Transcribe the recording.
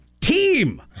team